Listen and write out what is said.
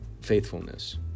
faithfulness